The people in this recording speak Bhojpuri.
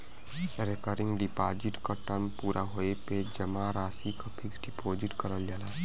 रेकरिंग डिपाजिट क टर्म पूरा होये पे जमा राशि क फिक्स्ड डिपाजिट करल जाला